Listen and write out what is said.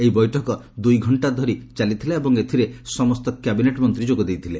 ଏହି ବୈଠକ ଦୁଇ ଘଣ୍ଟା ଧରି ପର୍ଯ୍ୟନ୍ତ ଚାଲିଥିଲା ଏବଂ ଏଥିରେ ସମସ୍ତ କ୍ୟାବିନେଟ୍ ମନ୍ତ୍ରୀ ଯୋଗ ଦେଇଥିଲେ